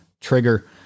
trigger